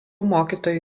mokytojų